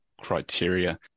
criteria